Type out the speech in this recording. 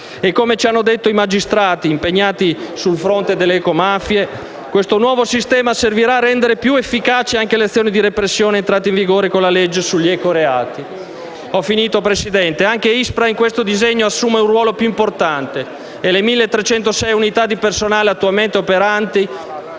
Come ci hanno detto i magistrati, impegnati sul fronte delle ecomafie, questo nuovo sistema servirà a rendere più efficaci anche le azioni di repressione entrate in vigore con la legge sugli ecoreati. Concludendo, signor Presidente, ribadisco che anche l'ISPRA in questo disegno assume un ruolo più importante: le 1.306 unità di personale attualmente operanti,